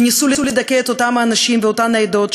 וניסו לדכא את אותם אנשים ואותן עדות,